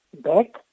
back